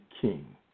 king